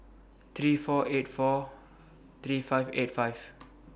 three four eight four three five eight five